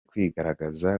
kwigaragaza